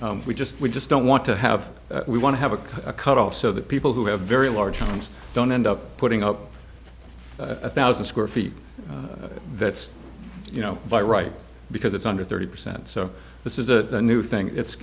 we just we just don't want to have we want to have a cut off so that people who have very large homes don't end up putting up a one thousand square feet that's you know but right because it's under thirty percent so this is a new thing